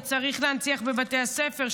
וצריך להנציח בבתי הספר,